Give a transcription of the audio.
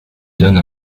donne